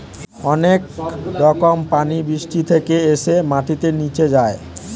অনেক রকম পানি বৃষ্টি থেকে এসে মাটিতে নিচে যায়